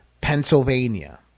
Pennsylvania